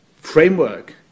framework